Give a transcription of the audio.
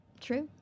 True